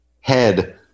head